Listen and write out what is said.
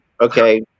okay